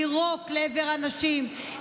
לירוק לעבר אנשים,